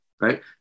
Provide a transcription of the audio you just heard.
right